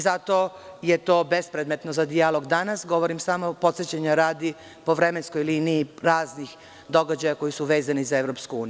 Zato je to bespredmetno danas za dijalog, govorim samo radi podsećanja, po vremenskoj liniji, o raznim događajima koji su vezani za EU.